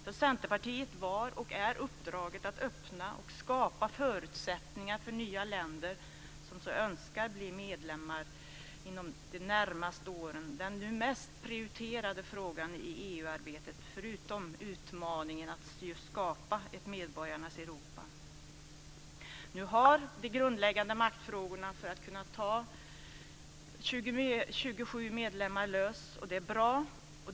För Centerpartiet var och är uppdraget att öppna och skapa förutsättningar för nya länder som önskar bli medlemmar inom de närmaste åren den mest prioriterade frågan i EU-arbetet, förutom utmaningen att skapa ett medborgarnas Europa. Nu har de grundläggande maktfrågorna, som hänger samman med att EU ska kunna ha 27 medlemmar, lösts. Det är bra.